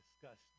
discussed